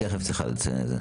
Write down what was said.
תכף יענו לך על זה.